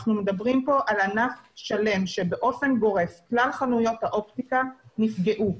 אנחנו מדברים פה על ענף שלם שבאופן גורף כלל חנויות האופטיקה נפגעו.